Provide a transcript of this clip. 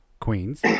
Queens